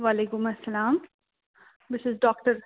وعلیکُم اسلام بہٕ چھَس ڈاکٹر